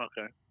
okay